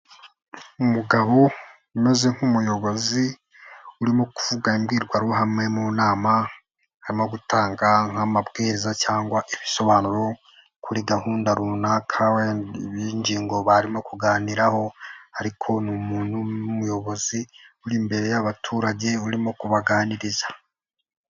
Umugabo umeze nk'umuyobozi urimo kuvuga imbwirwaruhame mu nama, arimo gutanga nk'amabwiriza cyangwa ibisobanuro kuri gahunda runaka y'ingingo barimo kuganiraho, ariko ni umuntu w'umuyobozi uri imbere y'abaturage urimo kubaganiriza.